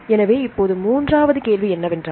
எனவே இப்போது மூன்றாவது கேள்வி என்னவென்றால்